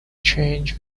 change